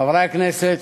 חברי הכנסת,